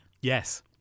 Yes